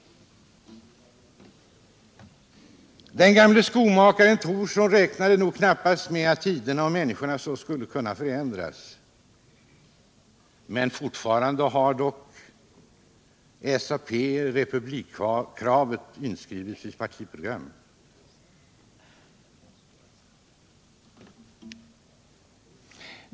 Den gamle skomakaren Thorsson räknade nog knappast med att tiderna och människorna så kunde förändras. Fortfarande har dock SAP republikkravet inskrivet i sitt partiprogram.